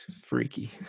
freaky